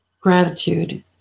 gratitude